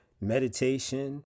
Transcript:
meditation